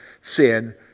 sin